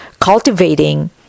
cultivating